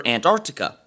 Antarctica